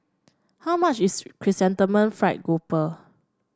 how much is Chrysanthemum Fried Garoupa